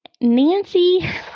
Nancy